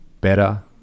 better